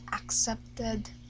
accepted